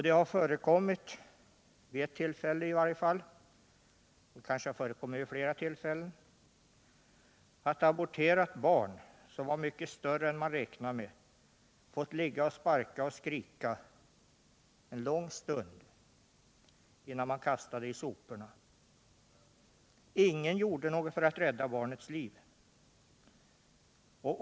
Det har förekommit i varje fall vid ett tillfälle, kanske vid flera, att ett aborterat barn som var mycket större än man räknade med fick ligga och sparka och skrika en lång stund, innan man kastade det bland soporna. Ingen gjorde något för att rädda barnets liv.